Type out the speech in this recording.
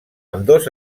ambdós